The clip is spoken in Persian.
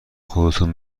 خودتون